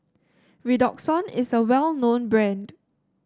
Redoxon is a well known brand